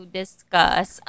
discuss